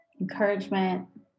encouragement